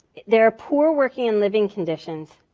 there are poor working and living conditions